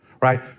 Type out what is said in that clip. Right